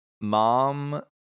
mom